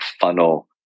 funnel